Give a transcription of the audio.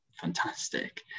fantastic